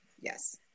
Yes